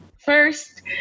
first